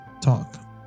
talk